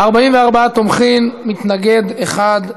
44 תומכים, מתנגד אחד.